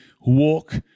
walk